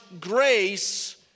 grace